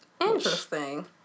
interesting